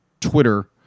twitter